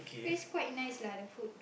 taste quite nice lah the food